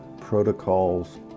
protocols